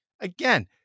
again